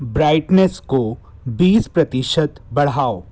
brightness को बीस प्रतिशत बढ़ाओ